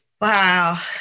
Wow